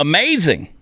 Amazing